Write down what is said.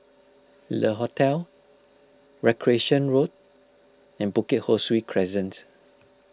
Le Hotel Recreation Road and Bukit Ho Swee Crescent